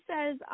says